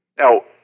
Now